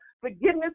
forgiveness